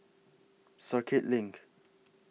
Circuit LINK